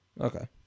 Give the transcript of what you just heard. Okay